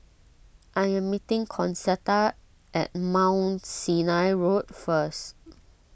I am meeting Concetta at Mount Sinai Road first